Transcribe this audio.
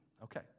Okay